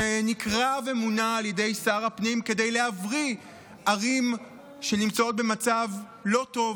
שנקראה ומונתה על ידי שר הפנים כדי להבריא ערים שנמצאות במצב לא טוב.